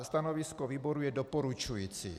Stanovisko výboru je doporučující.